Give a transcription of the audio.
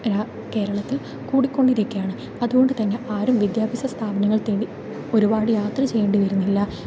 കേരളത്തിൽ കൂടിക്കൊണ്ടിരിക്കുകയാണ് അതുകൊണ്ട് തന്നെ ആരും വിദ്യാഭ്യാസ സ്ഥാപനങ്ങൾ തേടി ഒരു പാട് യാത്ര ചെയ്യേണ്ടി വരുന്നില്ല